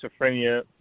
schizophrenia